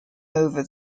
over